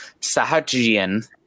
Sahajian